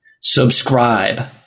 Subscribe